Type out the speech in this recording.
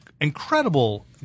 incredible